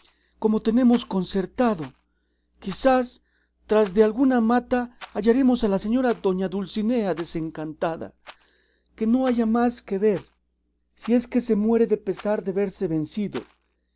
como tenemos concertado quizá tras de alguna mata hallaremos a la señora doña dulcinea desencantada que no haya más que ver si es que se muere de pesar de verse vencido